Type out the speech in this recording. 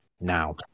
now